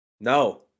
No